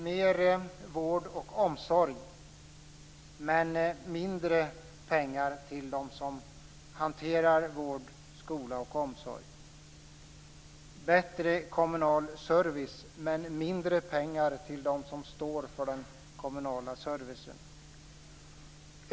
Mer vård och omsorg, men mindre pengar till dem som hanterar vård, skola och omsorg. Bättre kommunal service, men mindre pengar till dem som står för den kommunala servicen.